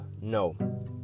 no